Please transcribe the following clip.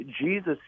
Jesus